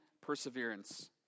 perseverance